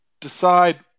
decide